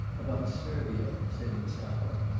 about servia said insarov,